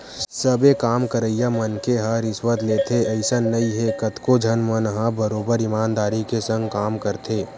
सबे काम करइया मनखे ह रिस्वत लेथे अइसन नइ हे कतको झन मन ह बरोबर ईमानदारी के संग काम करथे